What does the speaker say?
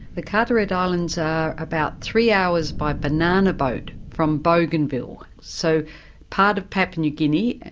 the carteret islands are about three hours by banana boat from bougainville, so part of papua new guinea, and